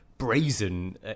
brazen